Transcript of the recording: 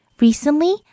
Recently